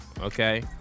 okay